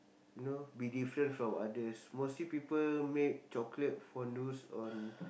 you know be different from others mostly people make chocolate fondues on